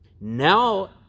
Now